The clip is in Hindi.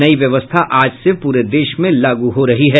नई व्यवस्था आज से पूरे देश में लागू हो रही है